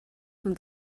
von